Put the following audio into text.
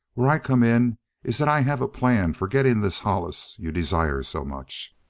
where i come in is that i have a plan for getting this hollis you desire so much.